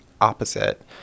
opposite